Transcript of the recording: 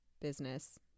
business